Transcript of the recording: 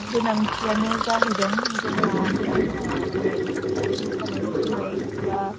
गोनांथियानो जाहैदों जोंहा बे मोसानाय मुसुरनाय बा